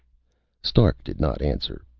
stark did not answer.